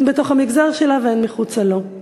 הן בתוך המגזר שלה והן מחוץ לו.